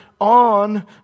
on